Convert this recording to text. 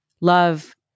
Love